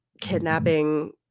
kidnapping